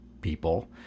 people